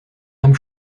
âme